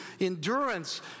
endurance